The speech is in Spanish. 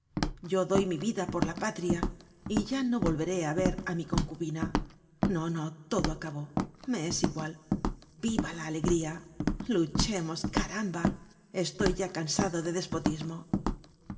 yo doy mi vida por la patria y ya no volveré á verá mi concubina no no todo acabó me es igual viva la alegría luchemos caramba estoy ya cansado de despotismo